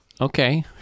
Okay